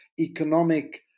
Economic